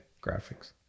Graphics